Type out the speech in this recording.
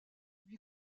lui